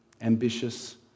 ambitious